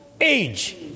age